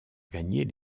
gagner